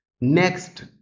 Next